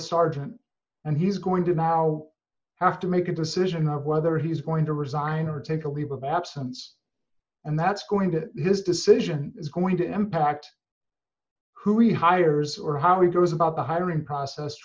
starter and he's going to mao have to make a decision on whether he's going to resign or take a leave of absence and that's going to his decision is going to impact whoi hires or how he goes about the hiring process